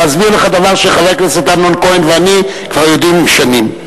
להסביר לך דבר שחבר הכנסת אמנון כהן ואני כבר יודעים שנים.